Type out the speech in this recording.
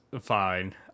fine